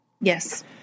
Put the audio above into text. Yes